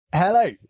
Hello